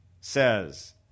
says